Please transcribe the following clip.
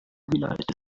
geleitet